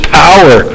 power